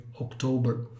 October